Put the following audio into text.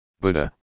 Buddha